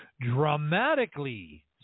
dramatically